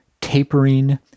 tapering